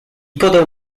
podał